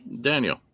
Daniel